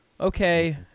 Okay